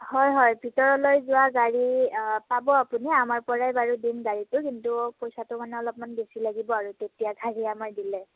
হয় হয় ভিতৰলৈ যোৱা গাড়ী পাব আপুনি আমাৰ পৰাই বাৰু দিম গাড়ীটো কিন্তু পইচাটো মানে অলপমান বেছি লাগিব আৰু তেতিয়া গাড়ী আমাৰ দিলে